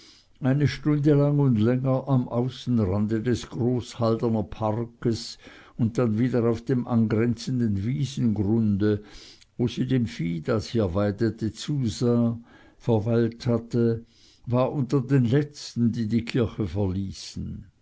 eine stunde lang und länger am außenrande des groß halderner parkes und dann wieder auf dem angrenzenden wiesengrunde wo sie dem vieh das hier weidete zusah verweilt hatte war unter den letzten die die kirche verließen